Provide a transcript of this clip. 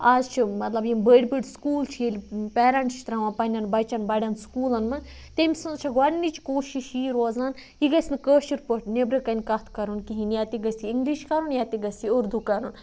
اَز چھِ مطلب یِم بٔڑۍ بٔڑۍ سکوٗل چھِ ییٚلہِ پیرنٛٹ چھُ ترٛاوان پنٛنٮ۪ن بَچَن بَڑٮ۪ن سکوٗلَن منٛز تٔمۍ سٕنٛز چھےٚ گۄڈنِچ کوٗشِش یی روزان یہِ گژھِ نہٕ کٲشر پٲٹھۍ نیٚبرٕکَنۍ کَتھ کَرُن کِہیٖنۍ یا تہِ گژھِ یہِ اِنٛگلِش کَرُن یا تہِ گژھِ یہِ اُردوٗ کَرُن